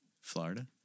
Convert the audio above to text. Florida